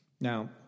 now